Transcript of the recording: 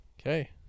Okay